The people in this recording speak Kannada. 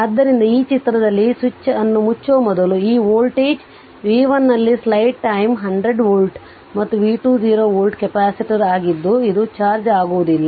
ಆದ್ದರಿಂದ ಈ ಚಿತ್ರದಲ್ಲಿ ಸ್ವಿಚ್ ಅನ್ನು ಮುಚ್ಚುವ ಮೊದಲು ಈ ವೋಲ್ಟೇಜ್ v1 ಇಲ್ಲಿ ಸ್ಲೈಡ್ ಟೈಮ್ 100 ವೋಲ್ಟ್ ಮತ್ತು v2 0 ವೋಲ್ಟ್ ಕೆಪಾಸಿಟರ್ ಆಗಿದ್ದು ಇದು ಚಾರ್ಜ್ ಆಗುವುದಿಲ್ಲ